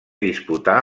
disputà